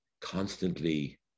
constantly